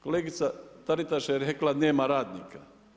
Kolegica Taritaš je rekla, nema radnika.